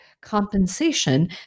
compensation